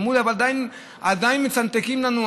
אמרו לי: עדיין מצנתקים לנו,